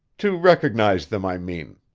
to recognize them, i mean?